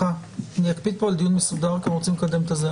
אני אקפיד פה על דיון מסודר, כי רוצים לקדם את זה.